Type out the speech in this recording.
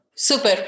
Super